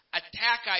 attack